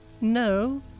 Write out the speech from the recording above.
No